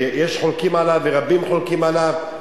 ויש חולקים עליו ורבים חולקים עליו,